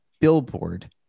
billboard